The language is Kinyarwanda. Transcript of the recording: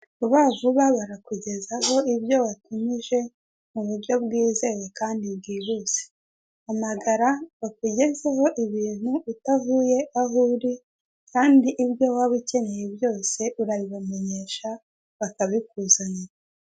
Vuba vuba barakugezaho ibyo watumije mu buryo bwizewe kandi bwihuse. Hamagara, bakugezeho ibintu utavuye aho uri, kandi ibyo waba ukeneye byose urabibamenyesha, bakabikuzanira.